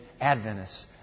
Adventists